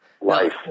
Life